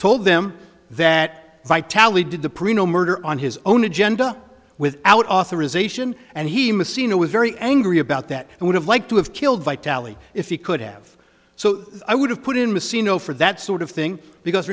told them that my tally did the perino murder on his own agenda without authorization and he messina was very angry about that and would have liked to have killed by tally if he could have so i would have put in missy no for that sort of thing because